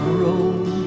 road